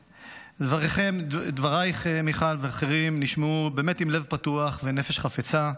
דבריכם, מיכל ואחרים, נשמעו עם לב פתוח ונפש חפצה,